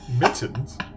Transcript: Mittens